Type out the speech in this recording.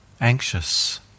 anxious